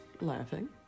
laughing